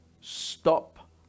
stop